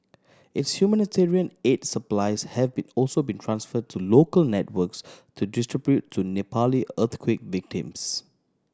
its humanitarian aid supplies have been also been transfer to local networks to distribute to Nepali earthquake victims